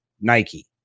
Nike